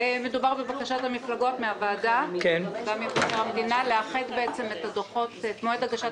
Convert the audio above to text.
מדובר בבקשת המפלגות מהוועדה ומהמדינה לאחד את מועד הגשת